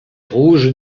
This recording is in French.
rouge